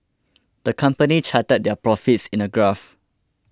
the company charted their profits in a graph